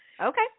Okay